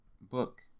book